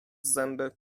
zęby